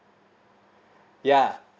ya